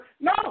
No